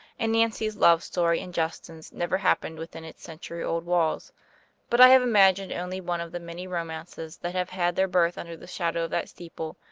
and nancy's love story and justin's never happened within its century-old walls but i have imagined only one of the many romances that have had their birth under the shadow of that steeple,